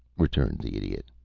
returned the idiot.